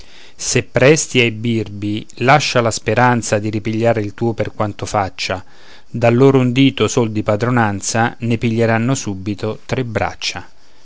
se presti ai birbi lascia la speranza di ripigliar il tuo per quanto faccia da loro un dito sol di padronanza ne piglieranno subito tre braccia